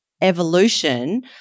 evolution